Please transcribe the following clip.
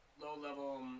low-level